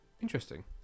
Interesting